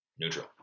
Neutral